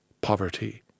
poverty